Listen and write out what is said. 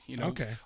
Okay